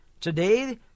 Today